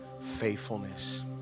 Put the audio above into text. faithfulness